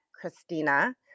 Christina